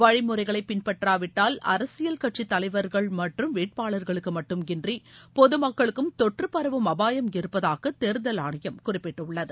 வழிமுறைகளை பின்பற்றாவிட்டால் அரசியல் கட்சி தலைவா்கள் மற்றும் வேட்பாளர்களுக்கு மட்டுமன்றி பொதுமக்களுக்கும் தொற்று பரவும் அபாயம் இருப்பதாக தேர்தல் ஆணையம் குறிப்பிட்டுள்ளது